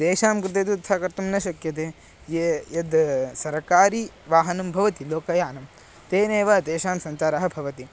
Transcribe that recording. तेषां कृते तु तथा कर्तुं न शक्यते ये यद् सरकारी वाहनं भवति लोकयानं तेनैव तेषां सञ्चारः भवति